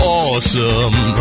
awesome